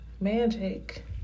magic